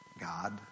God